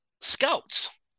scouts